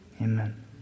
amen